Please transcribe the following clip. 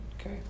Okay